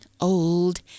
old